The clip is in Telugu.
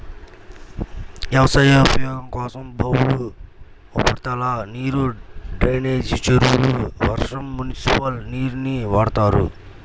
వ్యవసాయ ఉపయోగం కోసం బావులు, ఉపరితల నీరు, డ్రైనేజీ చెరువులు, వర్షం, మునిసిపల్ నీరుని వాడతారు